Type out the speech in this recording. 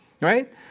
right